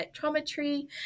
spectrometry